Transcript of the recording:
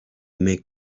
make